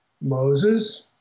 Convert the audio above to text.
Moses